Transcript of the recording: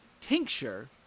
Tincture